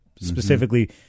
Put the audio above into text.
specifically